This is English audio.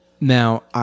Now